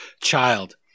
child